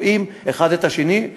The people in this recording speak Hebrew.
רואים אחד את השני,